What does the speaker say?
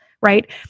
Right